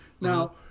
Now